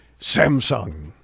Samsung